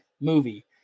movie